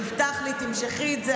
הובטח לי: תמשכי את זה,